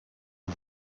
aux